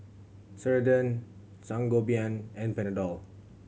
Ceradan Sangobion and Panadol